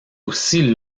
aussi